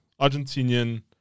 Argentinian